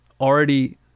already